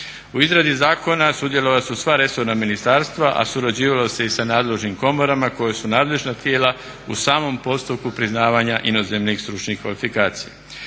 U izradi zakona sudjelovala su sva resorna ministarstva a surađivalo se i sa nadležnim komorama koje su nadležna tijela u samom postupku priznavanja inozemnih stručnih kvalifikacija.